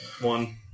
One